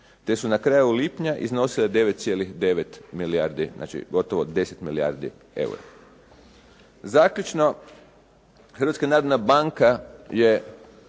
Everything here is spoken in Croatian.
Te su na kraju lipnja iznosile 9.9 milijardi, znači gotovo 10 milijardi eura. Zaključno, Hrvatska narodna banka je